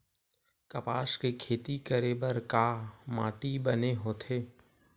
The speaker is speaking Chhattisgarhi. कपास के खेती करे बर का माटी बने होथे?